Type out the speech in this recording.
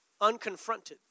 unconfronted